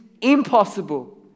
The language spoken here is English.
impossible